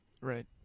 Right